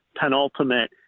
penultimate